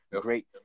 great